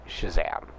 Shazam